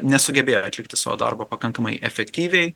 nesugebėjo atlikti savo darbo pakankamai efektyviai